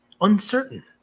uncertain